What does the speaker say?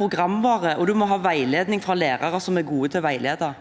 programvare og veiledning fra lærere som er gode til å veilede.